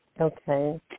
Okay